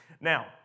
Now